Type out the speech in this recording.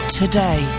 today